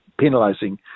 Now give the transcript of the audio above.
penalising